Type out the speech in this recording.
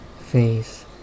face